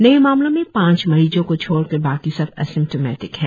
नए मामलों में पांच मरीजों को छोड़कर बाकी सब एसिम्टिमेटिक है